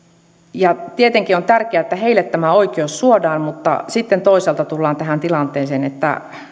ja tietenkin on tärkeää että heille tämä oikeus suodaan mutta sitten toisaalta tullaan tähän tilanteeseen että